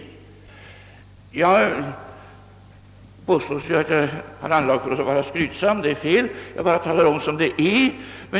Det brukar påstås, att jag har anlag för att vara skrytsam — det är fel; jag bara talar om hur det är.